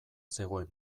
zegoen